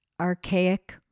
archaic